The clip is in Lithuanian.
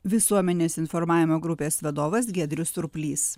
visuomenės informavimo grupės vadovas giedrius surplys